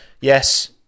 Yes